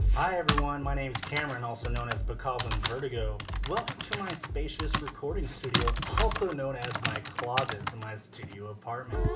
hi, everyone, my name is cameron, also known as bokoblinvertigo. welcome to my spacious recording studio, also known as my closet from my studio apartment.